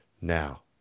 Now